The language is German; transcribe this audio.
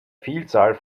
vielzahl